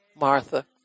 Martha